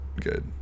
good